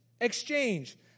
exchange